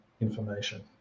information